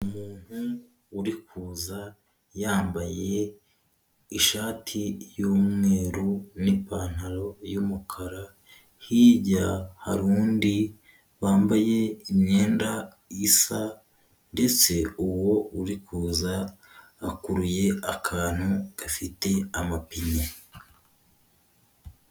Umuntu uri kuza yambaye ishati y'umweru n'ipantaro y'umukara, hirya hari undi wambaye imyenda isa ndetse uwo uri kuza akuruye akantu gafite amapine.